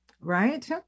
right